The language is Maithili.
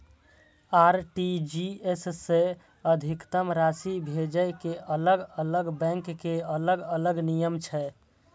आर.टी.जी.एस सं अधिकतम राशि भेजै के अलग अलग बैंक के अलग अलग नियम छै